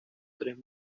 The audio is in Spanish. tres